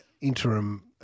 interim